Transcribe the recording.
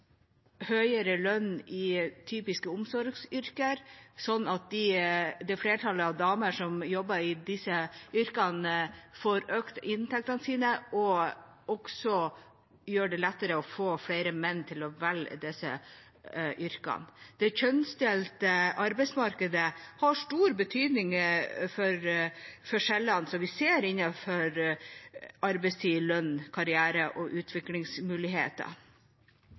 høyere lønn i typiske omsorgsyrker, slik at det flertallet av damer som jobber i disse yrkene, får økt inntektene sine. Det vil også gjøre det lettere å få flere menn til å velge disse yrkene. Det kjønnsdelte arbeidsmarkedet har stor betydning for forskjellene som vi ser innenfor arbeidstid, lønn, karriere og utviklingsmuligheter.